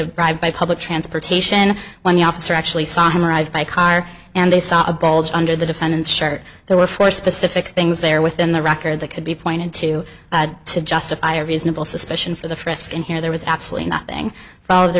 a drive by public transportation when the officer actually saw him arrive by car and they saw a bulge under the defendant's shirt there were four specific things there within the record that could be pointed to to justify reasonable suspicion for the frisk in here there was absolutely nothing for